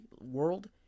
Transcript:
World